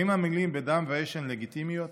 האם המילים "בדם ואש" הן לגיטימיות?